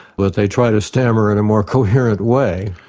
but they try to stammer in a more coherent way.